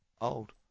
old